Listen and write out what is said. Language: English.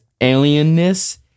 alienness